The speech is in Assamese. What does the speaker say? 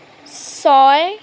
ছয়